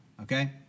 okay